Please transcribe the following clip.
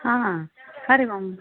आ हरि ओम्